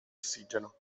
ossigeno